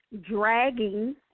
dragging